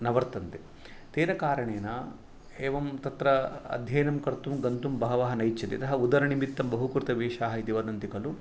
न वर्तन्ते तेन कारणेन एवं तत्र अध्ययनं कर्तुं गन्तुं बहवः नेच्छति यथा उदरनिमित्तं बहुकृतवेषाः इति वदन्ति खलु